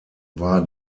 war